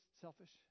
selfish